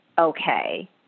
okay